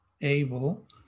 able